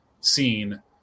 scene